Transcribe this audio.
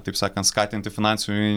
taip sakant skatinti finansinių